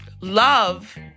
love